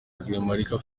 rwemarika